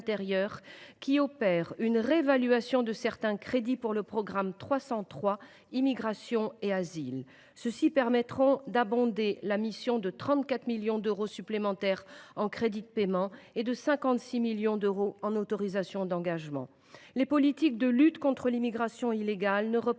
pour opérer une réévaluation de certains crédits du programme 303 « Immigration et asile ». Cela permettra d’abonder la mission de 34 millions d’euros supplémentaires en crédits de paiement et de 56 millions d’euros en autorisations d’engagement. Les politiques de lutte contre l’immigration illégale ne représentaient